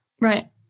right